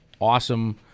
awesome